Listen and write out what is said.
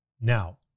Now